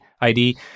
id